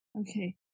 Okay